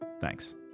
Thanks